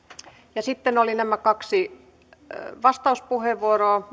ja sitten oli nämä kaksi vastauspuheenvuoroa